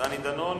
דני דנון?